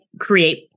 create